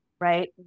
right